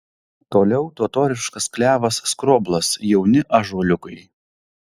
toliau totoriškas klevas skroblas jauni ąžuoliukai